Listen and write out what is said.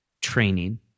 training